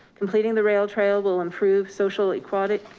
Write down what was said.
completing the rail trail will improve social equality,